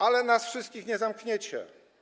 ale nas wszystkich nie zamkniecie.